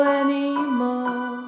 anymore